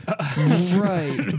Right